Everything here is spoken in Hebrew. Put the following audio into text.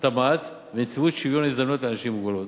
והתמ"ת ונציבות שוויון הזדמנויות לאנשים עם מוגבלות.